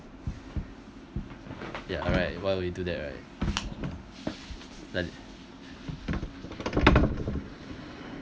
ya alright why would you do that right